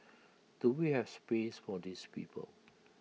do we have space for these people